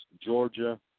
Georgia